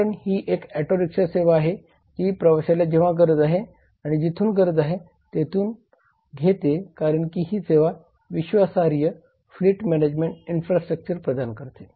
ऑनरन ही एक auto rickshaw सेवा आहे जी प्रवाशाला जेव्हा गरज आहे आणि जेथून गरज आहे तेथून घेते कारण की ही सेवा विश्वासार्ह फ्लीट मॅनेजमेंट इन्फ्रास्ट्रक्चर प्रदान करते